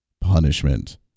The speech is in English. punishment